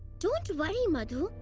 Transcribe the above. don't worry madhu.